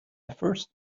first